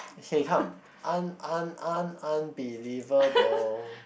hey come un~ un~ un~ unbelievable